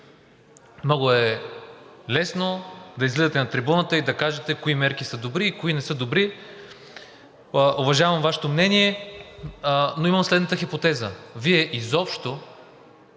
много е лесно да излезете на трибуната и да кажете кои мерки са добри и кои не са добри. Уважавам Вашето мнение, но имам следната хипотеза: Вие изобщо